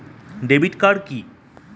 Debit card কি?